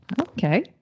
Okay